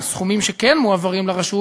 והסכומים שכן מועברים לרשות